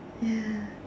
ya